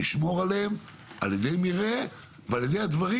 לשמור עליהם על ידי מרעה ועל ידי הדברים